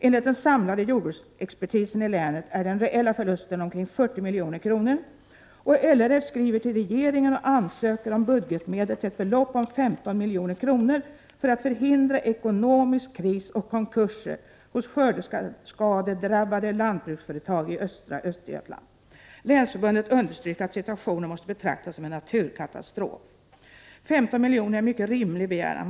Enligt den samlade jordbruksexpertisen i länet är den reella förlusten omkring 40 milj.kr. LRF skriver till regeringen och ansöker om budgetmedel till ett belopp av 15 milj.kr. för att förhindra ekonomisk kris och konkurser hos skördeskadedrabbade lantbruksföretag i östra Östergötland. Länsförbundet understryker att situationen måste betraktas som en naturkatastrof. 15 miljoner är en mycket rimlig begäran.